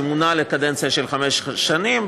שמונה לקדנציה של חמש שנים,